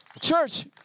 Church